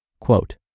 quote